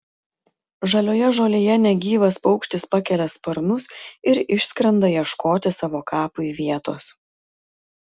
žalioje žolėje negyvas paukštis pakelia sparnus ir išskrenda ieškoti savo kapui vietos